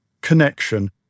connection